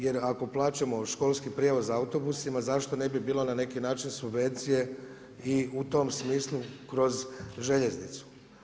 Jer ako plaćamo školski prijevoz autobusima, zašto ne bi bilo na neki način subvencije i u tom smislu kroz željeznicu.